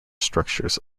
structures